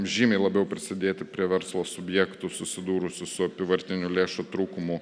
žymiai labiau prisidėti prie verslo subjektų susidūrusių su apyvartinių lėšų trūkumu